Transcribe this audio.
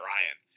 Ryan